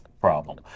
problem